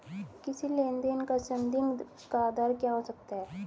किसी लेन देन का संदिग्ध का आधार क्या हो सकता है?